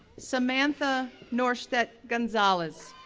samantha nordstedt gonzales,